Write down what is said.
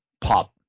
pop